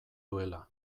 duela